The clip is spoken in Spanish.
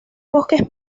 bosques